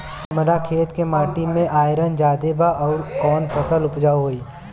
हमरा खेत के माटी मे आयरन जादे बा आउर कौन फसल उपजाऊ होइ?